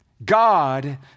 God